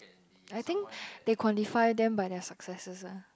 I think they quantify them by their successes ah